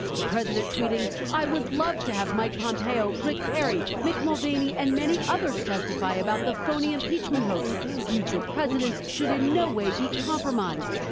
the president tweeting i would love to have mike pompeo, rick perry, mick mulvaney, and many others testify about the phony impeachment hoax future presidents should in no way be compromised.